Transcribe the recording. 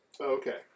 Okay